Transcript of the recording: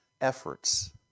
efforts